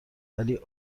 ولی